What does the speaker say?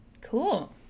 cool